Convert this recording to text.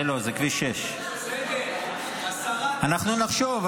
זה לא, זה כביש 6. אנחנו נחשוב.